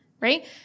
Right